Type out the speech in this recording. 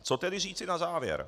Co tedy říci na závěr?